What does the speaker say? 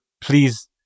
Please